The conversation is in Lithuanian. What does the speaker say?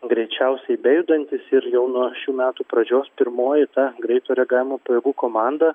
greičiausiai bejudantis ir jau nuo šių metų pradžios pirmoji ta greito reagavimo pajėgų komanda